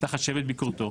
תחת שבט ביקורתו